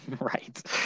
Right